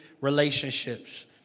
relationships